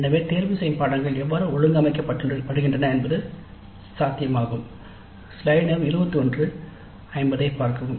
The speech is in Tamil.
எனவே தேர்தல்கள் எவ்வாறு ஒழுங்கமைக்கப்படுகின்றன என்பது சாத்தியமாகும்